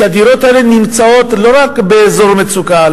והדירות האלה נמצאות לא רק באזור מצוקה,